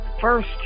first